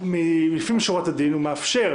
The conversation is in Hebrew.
לפנים משורת הדין הוא מאפשר,